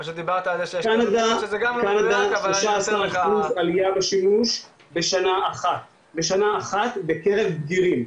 פשוט דיברת על זה --- בקנדה 13% עליה בשימוש בשנה אחת בקרב בגירים.